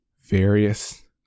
various